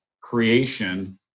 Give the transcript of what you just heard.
creation